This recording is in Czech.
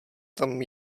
tam